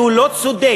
שהוא לא צודק,